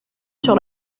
sur